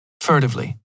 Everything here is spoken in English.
furtively